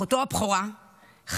אחותו הבכורה,